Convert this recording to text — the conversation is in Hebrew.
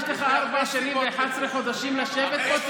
יש לך עוד ארבע שנים ו-11 חודשים לשבת פה.